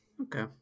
Okay